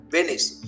Venice